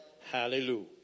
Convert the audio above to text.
Hallelujah